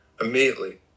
immediately